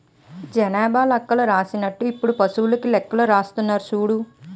జనాభా లెక్కలు రాసినట్టు ఇప్పుడు పశువులకీ లెక్కలు రాస్తున్నారు సూడు